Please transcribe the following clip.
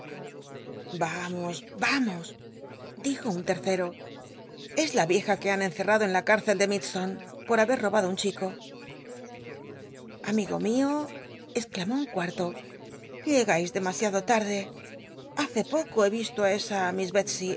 vamos vamos dijo un tercero es la vieja que han encerrado en la cárcel de maic lstone por haber robado un chico am igo mio exclamó un cuarto llegais de masiado tarde hace poco be visto á esa miss